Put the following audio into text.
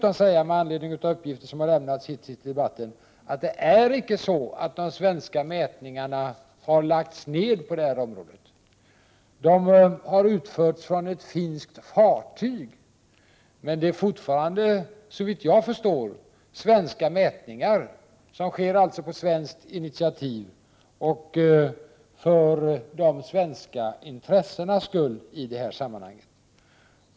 Med anledning av uppgifter som lämnats i debatten vill jag dessutom säga, att det icke är så att de svenska mätningarna har lagts ned. De har utförts, men från ett finskt fartyg. Det är fortfarande, såvitt jag förstår, svenska mätningar, som sker på svenskt initiativ och för de svenska intressenas skull i detta sammanhang.